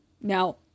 Now